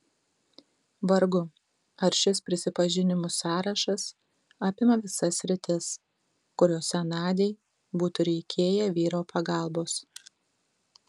vargu ar šis prisipažinimų sąrašas apima visas sritis kuriose nadiai būtų reikėję vyro pagalbos